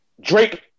Drake